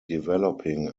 developing